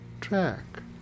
Track